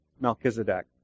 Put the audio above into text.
Melchizedek